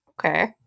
Okay